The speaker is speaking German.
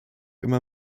immer